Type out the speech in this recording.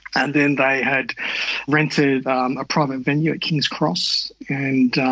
and then they had rented um a private venue at king's cross and